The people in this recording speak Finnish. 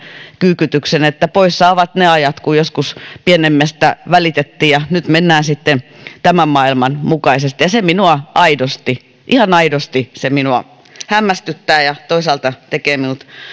kyykytyksen että poissa ovat ne ajat kun joskus pienemmästä välitettiin ja nyt mennään sitten tämän maailman mukaisesti se minua ihan aidosti hämmästyttää ja toisaalta tekee minut